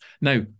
Now